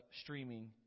streaming